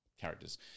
characters